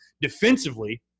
defensively –